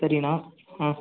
சரி அண்ணா ம்